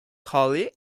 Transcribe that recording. hollie